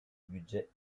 budget